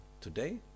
today